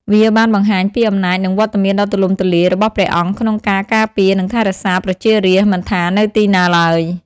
វាបានបង្ហាញពី អំណាចនិងវត្តមានដ៏ទូលំទូលាយ របស់ព្រះអង្គក្នុងការការពារនិងថែរក្សាប្រជារាស្ត្រ មិនថានៅទីណាឡើយ។